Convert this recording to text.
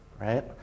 right